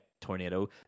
tornado